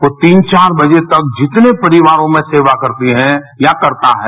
वो तीन चार बजे तक जितने परिवार में सेवा करती हैं या करता है